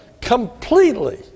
completely